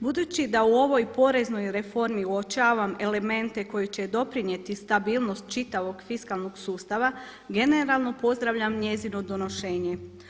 Budući da u ovoj poreznoj reformi uočavam elemente koji će doprinijeti stabilnosti čitavog fiskalnog sustava generalno pozdravljam njezino donošenje.